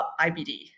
IBD